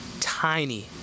tiny